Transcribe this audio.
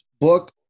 book